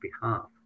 behalf